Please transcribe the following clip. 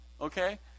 okay